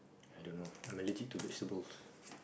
I don't know I'm allergic to vegetables